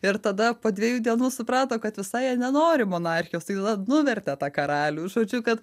ir tada po dviejų dienų suprato kad visai jie nenori monarchijos tai tada nuvertė karalių žodžiu kad